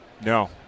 No